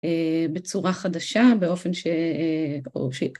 בצורה חדשה, באופן ש... בואו נמשיך.